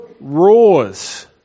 roars